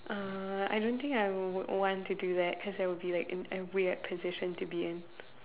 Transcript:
uh I don't think I would want to do that cause I will be like in a weird position to be in